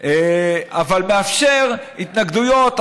אבל מאפשר התנגדויות,